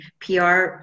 PR